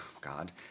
God